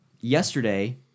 Yesterday